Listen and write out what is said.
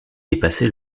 dépassé